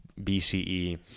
BCE